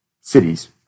cities